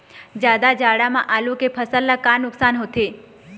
जादा जाड़ा म आलू के फसल ला का नुकसान होथे?